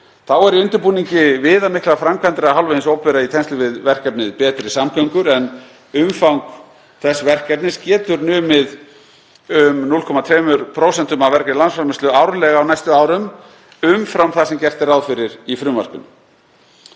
Þá eru í undirbúningi viðamiklar framkvæmdir af hálfu hins opinbera í tengslum við verkefnið Betri samgöngur, en umfang þess verkefnis getur numið um 0,2% af vergri landsframleiðslu árlega á næstu árum umfram það sem gert er ráð fyrir í frumvarpinu.